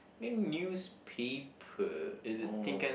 mean newspaper uh